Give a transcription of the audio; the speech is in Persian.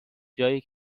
جایی